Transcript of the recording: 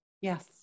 Yes